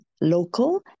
local